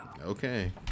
Okay